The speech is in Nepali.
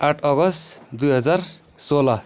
आठ अगस्त दुई हजार सोह्र